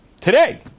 today